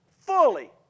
fully